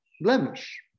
blemish